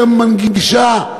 יותר נגישה.